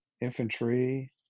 infantry